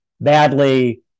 badly